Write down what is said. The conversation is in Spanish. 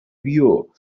vio